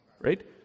right